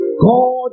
God